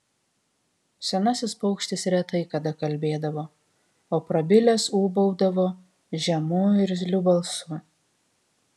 senasis paukštis retai kada kalbėdavo o prabilęs ūbaudavo žemu irzliu balsu